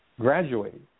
graduate